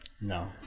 No